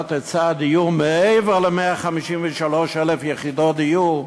להגדלת היצע הדיור מעבר ל-153,000 יחידות דיור,